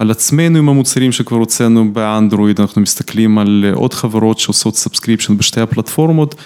על עצמנו עם המוצרים שכבר הוצאנו באנדרואיד, אנחנו מסתכלים על עוד חברות שעושות subscription בשתי הפלטפורמות.